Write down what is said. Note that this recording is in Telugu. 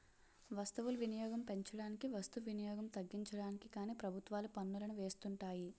వస్తువులు వినియోగం పెంచడానికి వస్తు వినియోగం తగ్గించడానికి కానీ ప్రభుత్వాలు పన్నులను వేస్తుంటాయి